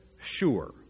Sure